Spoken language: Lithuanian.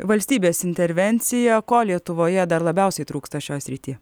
valstybės intervencija ko lietuvoje dar labiausiai trūksta šioj srity